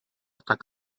tak